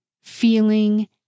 feeling